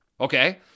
okay